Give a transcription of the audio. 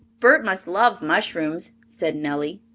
bert must love mushrooms, said nellie.